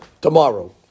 tomorrow